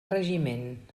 regiment